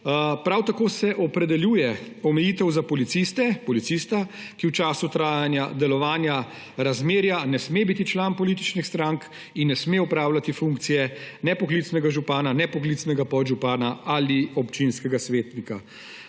Prav tako se opredeljuje omejitev za policista, ki v času trajanja delovanja razmerja ne sme biti član političnih strank in ne sme opravljati funkcije ne poklicnega župana ne poklicnega podžupana ali občinskega svetnika.